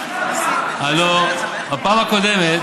הלוא בפעם הקודמת